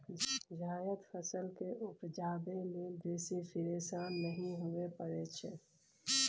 जायद फसल केँ उपजाबै लेल बेसी फिरेशान नहि हुअए परै छै